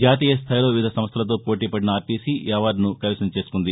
జాతీయ స్థాయిలో వివిధ సంస్లలతో పోటీ పదిన ఆర్లీసీ ఈ అవార్డును కైవసం చేసుకుంది